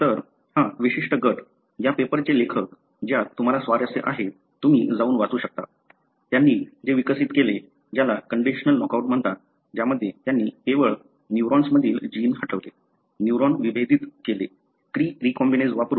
तर हा विशिष्ट गट या पेपरचे लेखक ज्यात तुम्हाला स्वारस्य आहे तुम्ही जाऊन वाचू शकता त्यांनी जे विकसित केले ज्याला कंडिशनल नॉकआउट म्हणतात ज्यामध्ये त्यांनी केवळ न्यूरॉन्समधील जीन हटवले न्यूरॉन विभेदित केले क्री रीकॉम्बिनेज वापरून